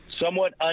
somewhat